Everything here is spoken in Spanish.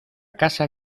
casa